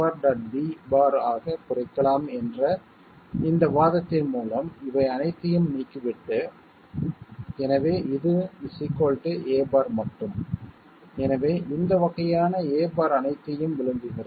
b ஆகக் குறைக்கலாம் என்ற இந்த வாதத்தின் மூலம் இவை அனைத்தையும் நீக்கிவிட்டு எனவே இது a மட்டும் எனவே இந்த வகையான a அனைத்தையும் விழுங்குகிறது